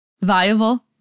viable